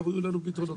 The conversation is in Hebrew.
תביאו לנו פתרונות.